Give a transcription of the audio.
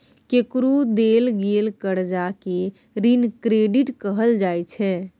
केकरो देल गेल करजा केँ ऋण क्रेडिट कहल जाइ छै